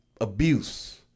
abuse